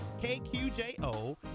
KQJO